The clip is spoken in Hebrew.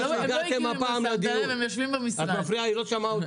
אם המחיר קבוע,